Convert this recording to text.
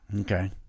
okay